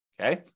Okay